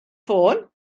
ffôn